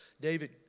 David